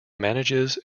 manages